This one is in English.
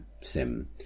sim